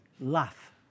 laugh